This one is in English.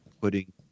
putting